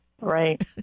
Right